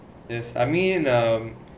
yes I mean um